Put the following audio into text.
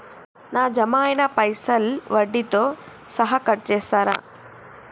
నా జమ అయినా పైసల్ వడ్డీతో సహా కట్ చేస్తరా?